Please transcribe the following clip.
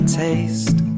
taste